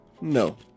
No